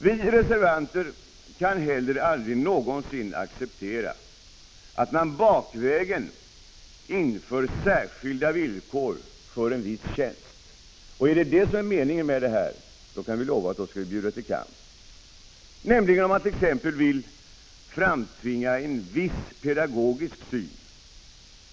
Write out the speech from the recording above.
Vi reservanter kan heller aldrig någonsin acceptera att det bakvägen införs särskilda villkor för en viss tjänst. Om det är meningen skall vi bjuda till kamp. Syftet kanske är att framtvinga en viss pedagogisk syn.